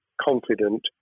confident